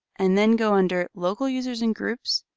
and then go under local users and groups.